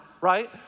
right